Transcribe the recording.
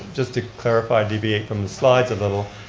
just to clarify, deviate from the slides a little,